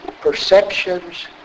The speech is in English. perceptions